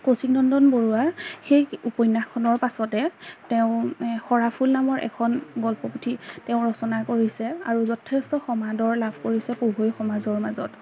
কৌশিক নন্দন বৰুৱা সেই উপন্যাসখনৰ পাছতে তেওঁ সৰা ফুল নামৰ এখন গল্প পুথি তেওঁ ৰচনা কৰিছে আৰু যথেষ্ট সমাদৰ লাভ কৰিছে পঢ়ুৱৈ সমাজৰ মাজত